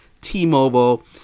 T-Mobile